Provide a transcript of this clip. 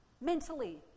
Mentally